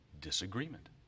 disagreement